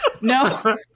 no